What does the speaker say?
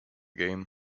game